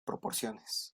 proporciones